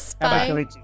bye